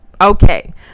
Okay